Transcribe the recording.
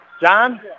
John